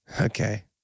Okay